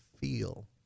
feel